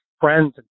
friends